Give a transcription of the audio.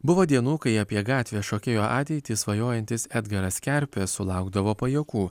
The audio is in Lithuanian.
buvo dienų kai apie gatvės šokėjo ateitį svajojantis edgaras kerpė sulaukdavo pajuokų